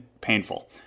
painful